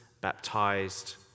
baptized